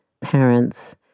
parents